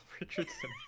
Richardson